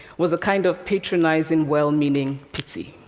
was a kind of patronizing, well-meaning pity.